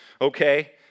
okay